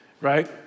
right